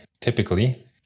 typically